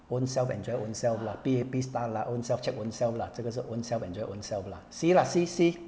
own self enjoy own self lah P_A_P style lah own self check own self 啦这个是 own self enjoy own self lah see lah see see